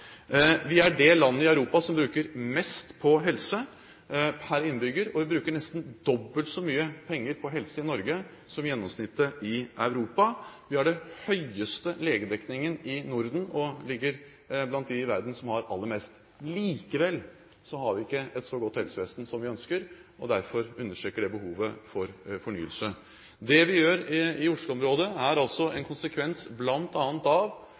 Vi er det landet i Europa som bruker mest på helse per innbygger, og vi bruker nesten dobbelt så mye penger på helse i Norge som gjennomsnittet i Europa. Vi har den høyeste legedekningen i Norden og ligger blant dem i verden som har aller mest. Likevel har vi ikke et så godt helsevesen som vi ønsker, og det understreker behovet for fornyelse. Det vi gjør i Oslo-området, er en konsekvens av